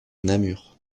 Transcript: namur